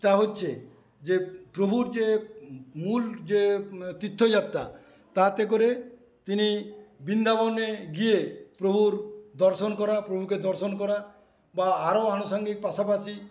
তা হচ্ছে যে প্রভুর যে মূল যে তীর্থ যাত্রা তাতে করে তিনি বৃন্দাবনে গিয়ে প্রভুর দর্শন করা প্রভুকে দর্শণ করা বা আরও আনুসাঙ্গিক পাশাপাশি